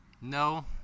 No